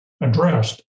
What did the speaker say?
addressed